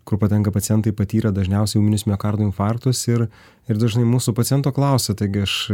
kur patenka pacientai patyrę dažniausiai ūminius miokardo infarktus ir ir dažnai mūsų paciento klausia tai aš